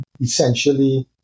essentially